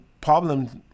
problems